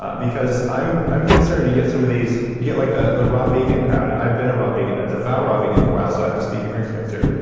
because i'm i'm concerned you get some of these. you get like the the raw vegan crowd. and i've been a raw vegan, a devout raw vegan for a while, so i'm speaking from experience here.